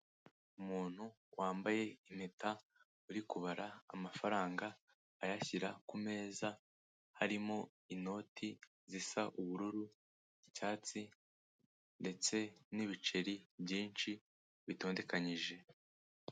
Umuntu wambaye impeta uri kubara amafaranga, ayashyira kumeza harimo inoti zisa ubururu, icyatsi ndetse nibiceri byinshi bitondekanyije.